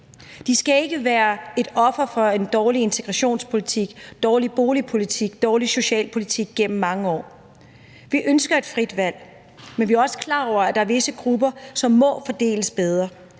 De skal ikke være ofre for en dårlig integrationspolitik, dårlig boligpolitik, dårlig socialpolitik gennem mange år. Vi ønsker et frit valg. Men vi er også klar over, at der er visse grupper, som må fordeles bedre,